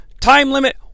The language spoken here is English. time-limit